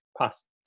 past